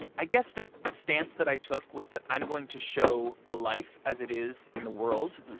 i guess the the stance that i took was that i'm going to show a life as it is in the world.